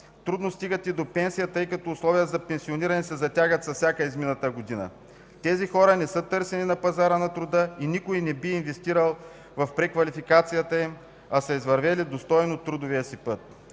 Трудно стигат и до пенсия, тъй като условията за пенсиониране се затягат с всяка измината година. Тези хора не са търсени на пазара на труда и никой не би инвестирал в преквалификацията им, а са извървели достойно трудовия си път.